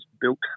built